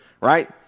right